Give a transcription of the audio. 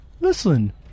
listen